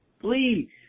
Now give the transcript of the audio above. Please